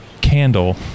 candle